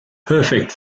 perfect